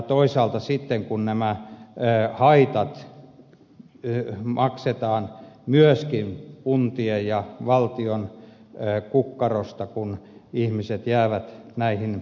toisaalta sitten nämä haitat maksetaan myöskin kuntien ja valtion kukkarosta kun ihmiset jäävät näihin peleihin kiinni